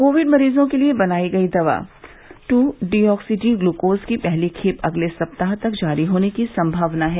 Covid मरीजों के लिए बनाई गई दवा टू डीओक्सी डी ग्लूकोज की पहली खेप अगले सप्ताह तक जारी होने की संभावना है